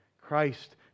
Christ